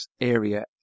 area